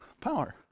Power